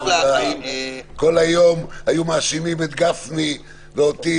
כל היום היו מאשימים את גפני ואותי,